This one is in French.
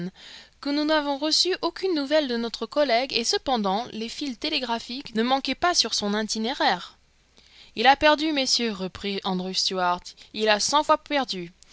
que nous n'avons reçu aucune nouvelle de notre collègue et cependant les fils télégraphiques ne manquaient pas sur son itinéraire il a perdu messieurs reprit andrew stuart il a cent fois perdu